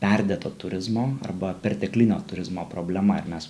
perdėto turizmo arba perteklinio turizmo problema ir mes